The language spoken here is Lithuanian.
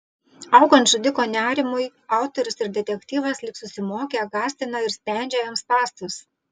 augant žudiko nerimui autorius ir detektyvas lyg susimokę gąsdina ir spendžia jam spąstus